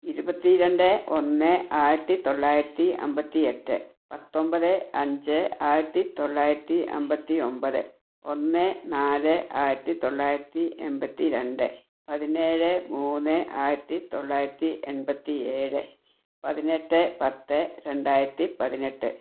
ഇരുപത്തി രണ്ട് ഒന്ന് ആയിരത്തി തൊള്ളായിരത്തി അൻപത്തി എട്ട് പത്തൊൻപത് അഞ്ച് ആയിരത്തി തൊള്ളായിരത്തി അൻപത്തി ഒൻപത് ഒന്ന് നാല് ആയിരത്തി തൊള്ളായിരത്തി എൺപത്തി രണ്ട് പതിനേഴ് മൂന്ന് ആയിരത്തി തൊള്ളായിരത്തി എൺപത്തി ഏഴ് പതിനെട്ട് പത്ത് രണ്ടായിരത്തി പതിനെട്ട്